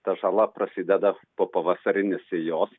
ta žala prasideda po pavasarinės sėjos